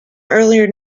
earlier